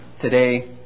today